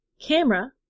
Camera